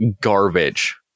garbage